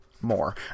more